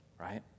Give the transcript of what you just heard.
Right